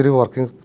working